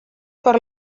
per